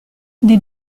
des